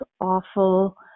awful